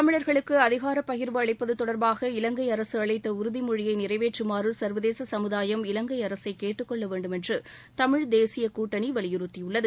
தமிழர்களுக்கு அதிகாரப் பகிர்வு அளிப்பது தொடர்பாக இலங்கை அரசு அளித்த உறுதிமொழியை நிறைவேற்றுமாறு சர்வதேச சமுதாயம் இலங்கை அரசை கேட்டுக் கொள்ள வேண்டும் என்று தமிழ் தேசிய கூட்டணி வலியுறுத்தியுள்ளது